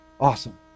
awesome